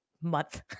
month